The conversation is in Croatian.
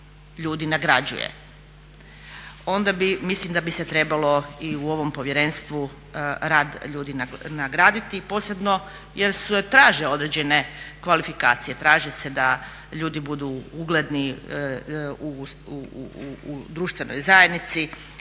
ljudi nagrađuje onda mislim da bi se trebalo i u ovom povjerenstvu rad ljudi nagraditi, posebno jer se traže određene kvalifikacije, traži se da ljudi budu ugledni u društvenoj zajednici,